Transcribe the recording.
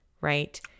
right